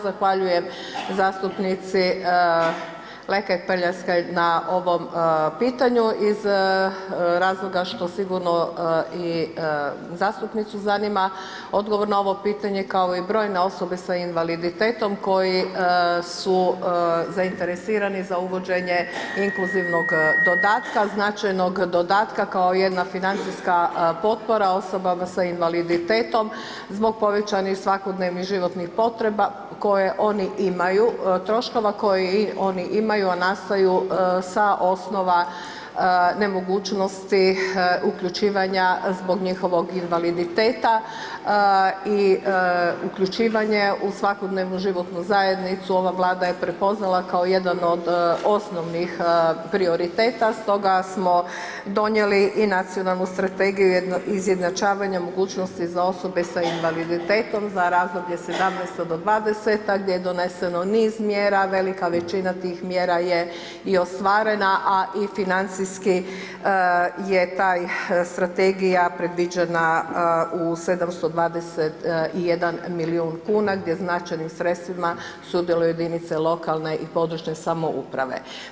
Zahvaljujem zastupnici Lekaj Prljaskaj na ovom pitanju iz razloga što sigurno i zastupnicu zanima odgovor na ovo pitanje kao i brojne osobe sa invaliditetom koji su zainteresirani za uvođenje inkluzivnog dodatka, značajnog dodatka kao jedna financijska potpora osobama sa invaliditetom zbog povećanih svakodnevnih životnih potreba koje oni imaju, troškova koje oni imaju a nastaju sa osnova nemogućnosti uključivanja zbog njihovog invaliditeta i uključivanje u svakodnevnu životnu zajednicu, ova Vlada je prepoznala kao jedan od osnovnih prioriteta stoga smo donijeli i nacionalnu Strategiju izjednačavanja mogućnosti za osobe sa invaliditetom za razdoblje 2017.—2020., gdje je doneseno niz mjera, velika većina tih mjera je i ostvarena a i financijski je ta strategija predviđena u 721 milijun kuna gdje značajnim sredstvima sudjeluju jedinice lokalne i područne samouprave.